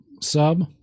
sub